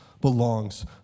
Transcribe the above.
belongs